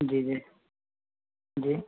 जी जी जी